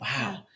Wow